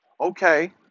Okay